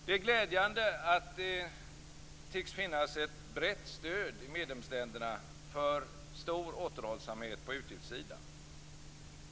Det är glädjande att det tycks finnas ett brett stöd i medlemsländerna för stor återhållsamhet på utgiftssidan.